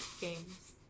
Games